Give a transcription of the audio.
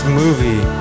movie